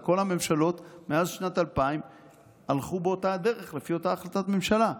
וכל הממשלות מאז שנת 2000 הלכו באותה הדרך לפי אותה החלטת ממשלה.